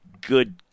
good